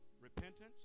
repentance